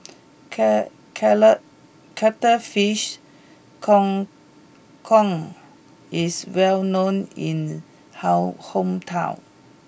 cala cuttlefish Kang Kong is well known in how hometown